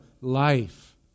life